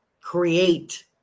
create